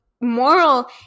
moral